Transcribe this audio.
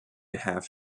have